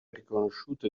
riconosciute